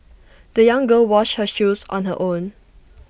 the young girl washed her shoes on her own